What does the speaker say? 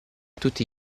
tutti